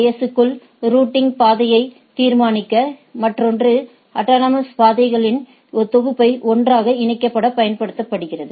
S க்குள் routing பாத்யை தீர்மானிக்க மற்றொன்று அட்டானமஸ் சிஸ்டம்களின் தொகுப்பை ஒன்றோடொன்று இணைக்கப் பயன்படுகின்றன